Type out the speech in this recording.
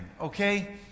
okay